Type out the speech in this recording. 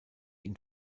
ihn